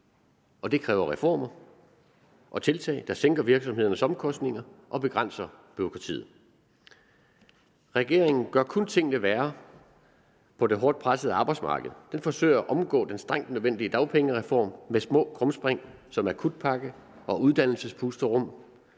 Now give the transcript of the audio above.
og det kræver reformer og tiltag, der sænker virksomhedernes omkostninger og begrænser bureaukratiet. Regeringen gør kun tingene værre på det hårdt pressede arbejdsmarked. Den forsøger at omgå den strengt nødvendige dagpengereform med små krumspring som akutpakke og uddannelsespusterum,